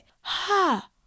Ha